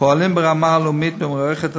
פועלים ברמה הלאומית במערכות הציבוריות,